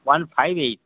one five eight